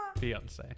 Beyonce